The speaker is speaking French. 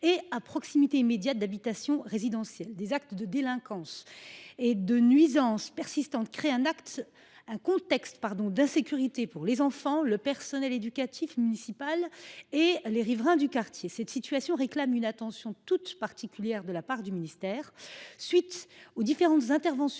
et à proximité immédiate d’habitations résidentielles. Des actes de délinquance et des nuisances persistantes créent un contexte d’insécurité pour les enfants, le personnel éducatif municipal et les riverains du quartier. Cette situation réclame une attention toute particulière de la part du ministère. À la suite de différentes interventions